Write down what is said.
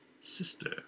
sister